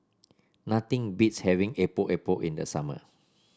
nothing beats having Epok Epok in the summer